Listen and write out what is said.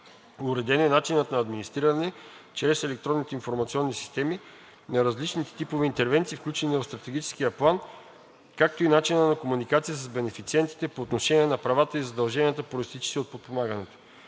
Уреден е начинът на администриране чрез електронните информационни системи, на различните типове интервенции, включени в Стратегическия план, както и начинът на комуникация с бенефициентите по отношение на правата и задълженията, произтичащи от подпомагането.